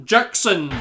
Jackson